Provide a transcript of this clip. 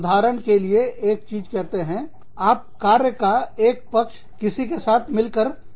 उदाहरण के लिएएक चीज कहते हैं आपके कार्य का एक पक्ष किसी के साथ मिलकर करते हैं